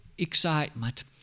excitement